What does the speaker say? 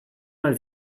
mal